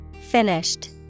Finished